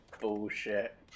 bullshit